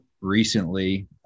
recently